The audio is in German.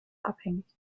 abhängig